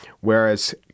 whereas